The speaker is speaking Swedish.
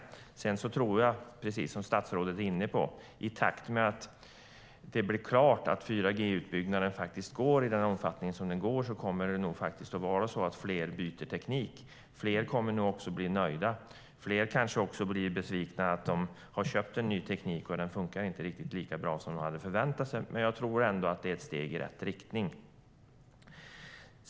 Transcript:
Jag tror också, precis som statsrådet är inne på, att i takt med att det blir klart och att 4G-utbyggnaden faktiskt går i den omfattningen som den nu går kommer fler att byta teknik. Fler kommer nog också att bli nöjda, men fler kommer kanske också att bli besvikna när de har köpt ny teknik och den inte fungerar lika bra som de hade förväntat sig. Men jag tror ändå att det är ett steg i rätt riktning.